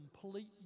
complete